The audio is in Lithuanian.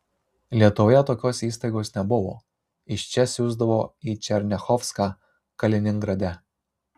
lietuvoje tokios įstaigos nebuvo iš čia siųsdavo į černiachovską kaliningrade